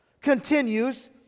continues